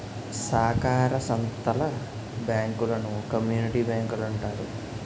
సాకార సంత్తల బ్యాంకులను కమ్యూనిటీ బ్యాంకులంటారు